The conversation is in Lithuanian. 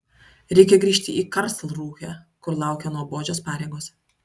reikia grįžti į karlsrūhę kur laukia nuobodžios pareigos